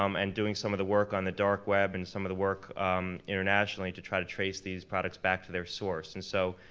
um and doing some of the work on the dark web and some of the work internationally to try to trace these products back to their source. and so,